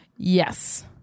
Yes